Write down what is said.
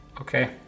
Okay